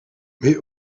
mais